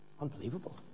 unbelievable